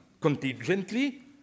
contingently